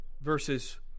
verses